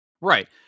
right